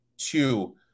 two